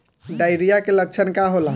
Diarrhoea के लक्षण का होला?